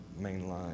mainline